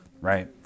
right